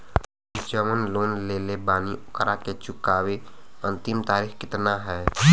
हम जवन लोन लेले बानी ओकरा के चुकावे अंतिम तारीख कितना हैं?